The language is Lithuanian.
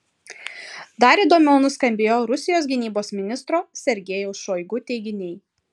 dar įdomiau nuskambėjo rusijos gynybos ministro sergejaus šoigu teiginiai